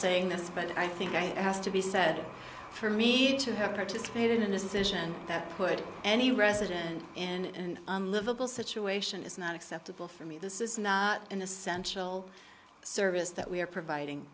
saying this but i think i have to be said for me to have participated in this edition that put any resident in and unlivable situation is not acceptable for me this is not an essential service that we are providing